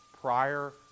prior